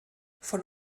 von